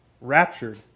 raptured